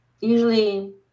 Usually